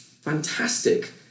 fantastic